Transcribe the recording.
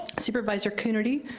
supervisor coonerty,